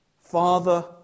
Father